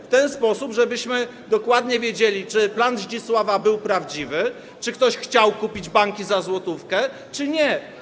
w ten sposób, żebyśmy dokładnie wiedzieli, czy plan Zdzisława był prawdziwy, czy ktoś chciał kupić banki za złotówkę, czy nie.